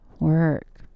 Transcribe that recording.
work